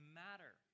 matter